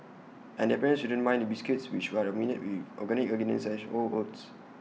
and their parents shouldn't mind the biscuits which are made with organic ingredients such as whole oats